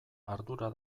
ardura